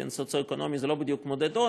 כי סוציו-אקונומי זה לא בדיוק מודד עוני,